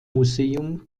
museum